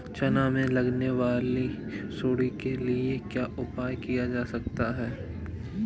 चना में लगने वाली सुंडी के लिए क्या उपाय किया जा सकता है?